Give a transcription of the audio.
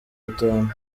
bitanu